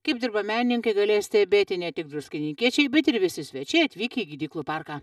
kaip dirba menininkai galės stebėti ne tik druskininkiečiai bet ir visi svečiai atvykę į gydyklų parką